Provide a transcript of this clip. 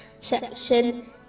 section